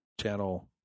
channel